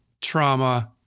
trauma